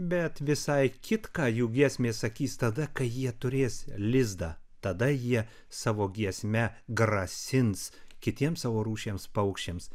bet visai kitką jų giesmės sakys tada kai jie turės lizdą tada jie savo giesme grasins kitiems savo rūšies paukščiams